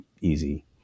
easy